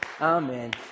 Amen